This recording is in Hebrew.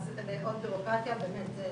אז עוד בירוקרטיה באמת זה